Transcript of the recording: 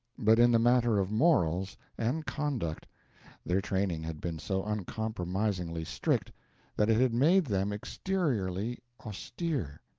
but in the matter of morals and conduct their training had been so uncompromisingly strict that it had made them exteriorly austere,